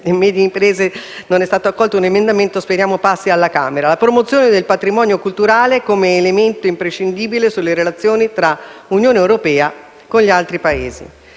la promozione del patrimonio culturale, come elemento imprescindibile delle relazioni tra l'Unione europea e gli altri Paesi.